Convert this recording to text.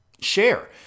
share